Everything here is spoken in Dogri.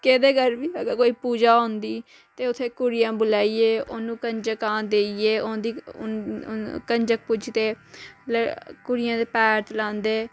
केह्दे घर बी अगर कोई पूजा होंदी ते उ'त्थें कुड़ियां बुलाइयै औनूं कंजकां देइयै उं'दी कंजक पूजदे कुड़ियें दे पैर धुलांदे